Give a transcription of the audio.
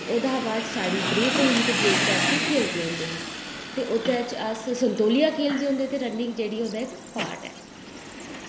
ते ओह्दे बाद फ्ही साढ़ी ब्रेक होंदी ते ओह्दे च फ्ही अस खेल्लदे होंदे हे ते ओह् अस संतोलिया खेल्लदे होंदे ते ओह् रनिंग एह्दी पार्ट ऐ